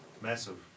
Massive